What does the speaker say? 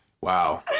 wow